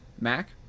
Mac